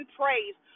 praise